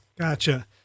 Gotcha